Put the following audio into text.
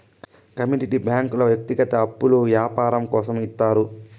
commodity బ్యాంకుల వ్యక్తిగత అప్పులు యాపారం కోసం ఇత్తారు